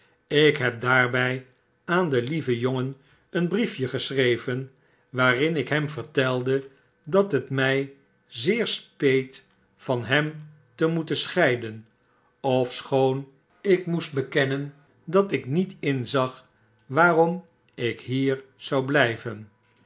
ik heb daarbij aan den lieven jongen een briefje geschreven waarin ik hem vertelde dat het mij zeer speet van hem te moeten scheiden ofschoon ik moest bekennen dat ik niet inzag waarom ik hier zou blijven